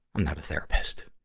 i'm not a therapist.